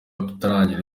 turatangira